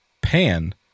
pan